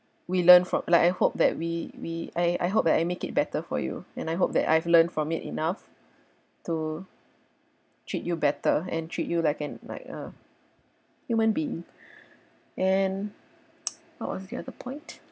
we learn from like I hope that we we I I hope that I make it better for you and I hope that I've learned from it enough to treat you better and treat you like an like a human being and what was the other point